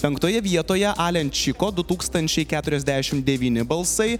penktoje vietoje alenčiko du tūkstančiai keturiasdešimt devyni balsai